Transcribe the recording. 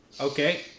Okay